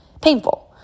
painful